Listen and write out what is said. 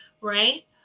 right